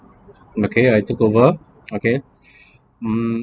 okay I took over okay mm